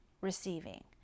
receiving